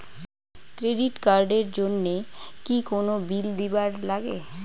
Credit card এর জন্যে কি কোনো বিল দিবার লাগে?